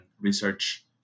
research